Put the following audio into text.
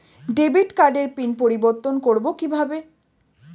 Debit কার্ডের PIN পরিবর্তন করবো কীভাবে?